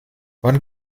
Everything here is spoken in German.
wann